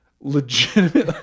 legitimately